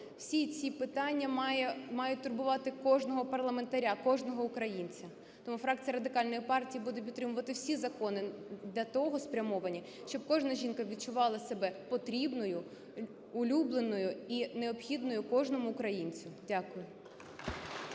Всі ці питання мають турбувати кожного парламентаря, кожного українця. Тому фракція Радикальної партії буде підтримувати всі закони для того спрямовані, щоб кожна жінка відчувала себе потрібною, улюбленою і необхідною кожному українцю. Дякую.